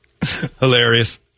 Hilarious